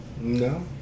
No